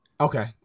Okay